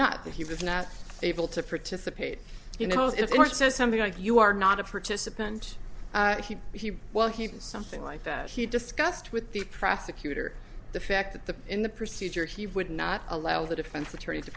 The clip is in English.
not that he was not able to participate you know if your says something like you are not a participant well he did something like that he discussed with the prosecutor the fact that the in the procedure he would not allow the defense attorney to